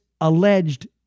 alleged